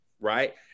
right